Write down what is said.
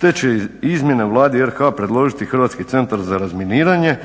te će izmjene Vladi RH predložiti Hrvatski centar za razminiranje.